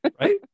Right